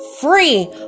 free